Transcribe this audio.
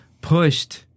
pushed